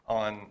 on